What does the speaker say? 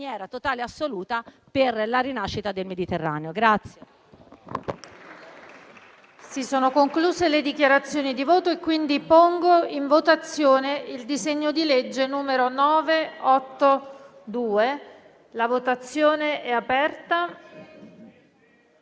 in maniera totale ed assoluta sulla rinascita del Mediterraneo.